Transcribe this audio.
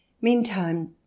meantime